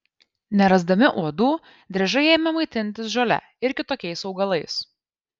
nerasdami uodų driežai ėmė maitintis žole ir kitokiais augalais